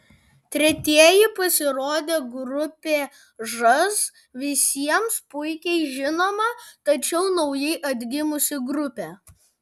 tretieji pasirodė grupė žas visiems puikiai žinoma tačiau naujai atgimusi grupė